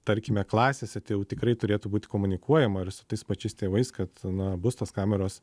tarkime klasėse tai jau tikrai turėtų būt komunikuojama ir su tais pačiais tėvais kad na bus tos kameros